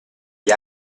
gli